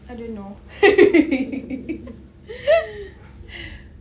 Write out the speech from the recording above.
I don't know